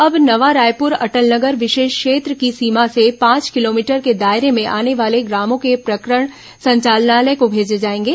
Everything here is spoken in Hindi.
अब नवा रायपुर अटल नगर विशेष क्षेत्र की सीमा से पांच किलोमीटर के दायरे में आने वाले ग्रामों के प्रकरण संचालनालय को भेजे जाएंगे